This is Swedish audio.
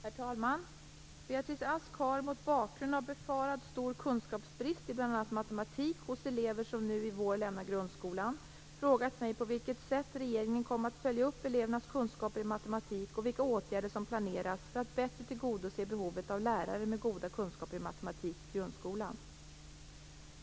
Herr talman! Beatrice Ask har frågat mig - mot bakgrund av befarad stor kunskapsbrist i bl.a. matematik hos elever som nu i vår lämnar grundskolan - frågat mig på vilket sätt regeringen kommer att följa upp elevernas kunskaper i matematik och vilka åtgärder som planeras för att bättre tillgodose behovet av lärare med goda kunskaper i matematik i grundskolan.